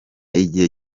igihe